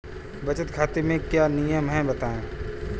बचत खाते के क्या नियम हैं बताएँ?